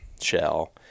shell